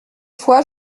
fois